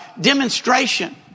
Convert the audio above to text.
demonstration